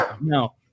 no